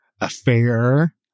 affair